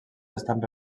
estan